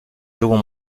second